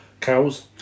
cows